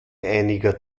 einiger